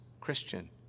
Christian